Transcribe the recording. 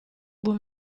buon